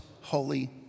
holy